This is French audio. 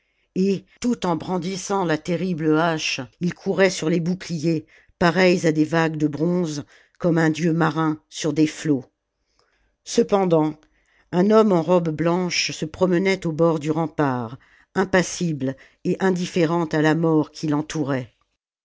et tout en brandissant la terrible hache il courait sur les boucliers pareils à des vagues de bronze comme un dieu marin sur des flots cependant un homme en robe blanche se promenait au bord du rempart impassible et indifférent à la mort qui l'entourait